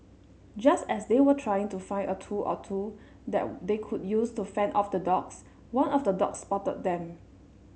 just as they were trying to find a tool or two that they could use to fend off the dogs one of the dogs spotted them